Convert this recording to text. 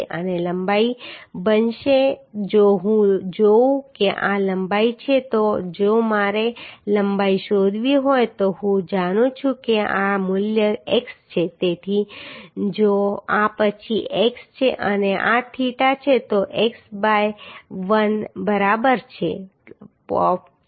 અને લંબાઈ બનશે જો હું જોઉં કે આ લંબાઈ છે તો જો મારે લંબાઈ શોધવી હોય તો હું જાણું છું કે આ મૂલ્ય x છે તેથી જો આ પછી x છે અને આ થીટા છે તો x બાય l બરાબર છે પાપ થીટા